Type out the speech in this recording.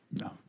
No